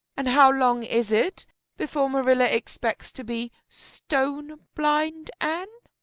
and how long is it before marilla expects to be stone blind, anne?